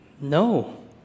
No